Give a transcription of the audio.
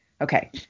Okay